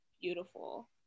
beautiful